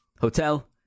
hotel